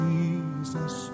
Jesus